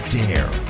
dare